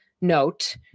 note